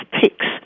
picks